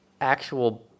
actual